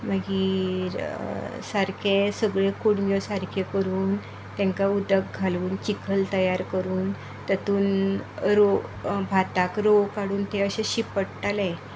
मागीर सारके सगळ्यो कुडण्यो सारक्यो करून तांकां उदक घालून चिखल तयार करून तातूंत रोव भाताक रोंव काडून ते अशे शिपडटाले